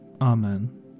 Amen